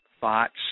thoughts